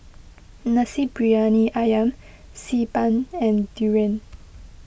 Nasi Briyani Ayam Xi Ban and Durian